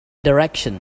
direction